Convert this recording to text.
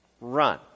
run